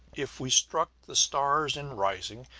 if we struck the stars in rising,